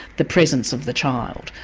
the presence of the child,